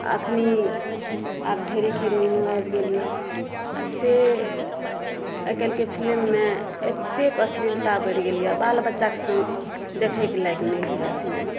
अखन आब ढेरीक हीरोइनयो आबि गेल यऽ से आइ काल्हिके फिल्ममे एतेक अश्लीलता बढ़ि गेल यऽ बाल बच्चाक सङ्ग देखैक लायक नहि होइया सिनेमा